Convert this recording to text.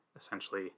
essentially